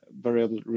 variable